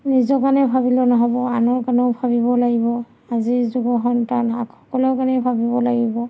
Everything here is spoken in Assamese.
নিজৰ কাৰণে ভাবিলে নহ'ব আনৰ কাৰণেও ভাবিব লাগিব আজিৰ যুৱ সন্তান আ সকলোৰে কাৰণে ভাবিব লাগিব